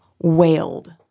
wailed